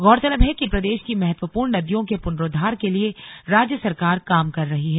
गौरतलब है कि प्रदेश की महत्वपूर्ण नदियों के पुनरोद्वार के लिए राज्य सरकार काम कर रही है